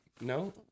No